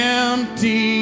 empty